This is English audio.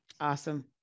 Awesome